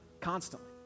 constantly